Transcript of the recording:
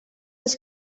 els